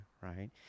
right